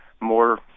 more